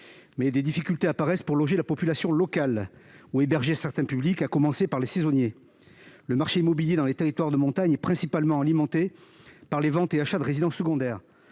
mais des difficultés apparaissent pour loger la population locale ou héberger certains publics, à commencer par les saisonniers. Dans les territoires de montagne, le marché de l'immobilier est principalement alimenté par les ventes et achats de résidences secondaires,